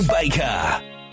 baker